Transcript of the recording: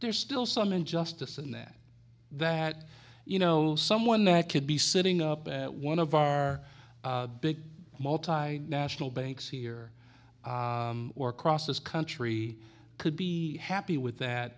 there's still some injustice in that that you know someone that could be sitting up at one of our big multinational banks here or across this country could be happy with that